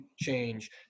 change